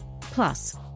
Plus